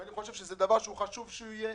ואני חושב שזה דבר שחשוב שיהיה.